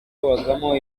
habagamo